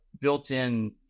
built-in